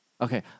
Okay